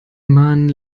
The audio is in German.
man